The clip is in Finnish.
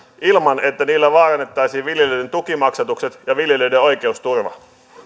ilman että niillä vaarannettaisiin viljelijöiden tukimaksatukset ja viljelijöiden oikeusturva